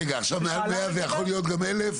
רגע, עכשיו, מעל 100 זה יכול להיות גם 1,000?